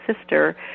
sister